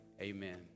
Amen